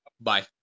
Bye